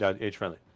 Age-friendly